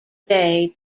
bay